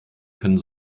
können